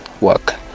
work